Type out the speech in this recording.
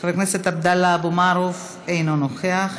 חבר הכנסת עבדאללה אבו מערוף, אינו נוכח.